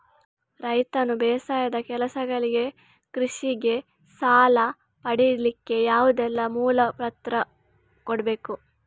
ರೈತನು ಬೇಸಾಯದ ಕೆಲಸಗಳಿಗೆ, ಕೃಷಿಗೆ ಸಾಲ ಪಡಿಲಿಕ್ಕೆ ಯಾವುದೆಲ್ಲ ಮೂಲ ಪತ್ರ ಕೊಡ್ಬೇಕು?